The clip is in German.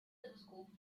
teleskop